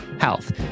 health